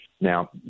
Now